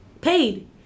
paid